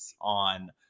on